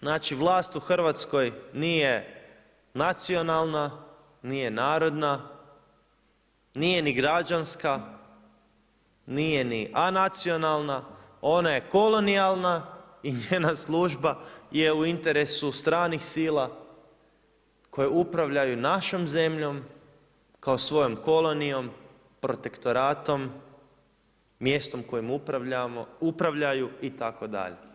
Znači vlast u Hrvatskoj nije nacionalna, nije narodna, nije ni građanska, nije ni anacionalna, ona je kolonijalna i njena služba je u interesu stranih sila koje upravljaju našom zemljom kao svojom kolonijom, protektoratom, mjestom kojim upravljaju itd.